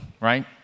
Right